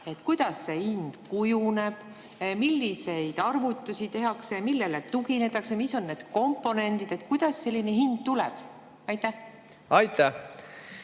kuidas see hind kujuneb? Milliseid arvutusi tehakse, millele tuginetakse, mis on need komponendid? Kuidas selline hind tuleb? Tänan,